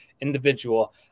individual